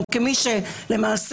הטבלה שם הפוכה, שים לב.